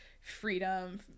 freedom